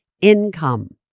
income